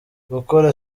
gukora